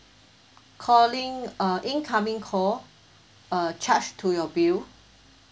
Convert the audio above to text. calling uh incoming call uh charge to your bill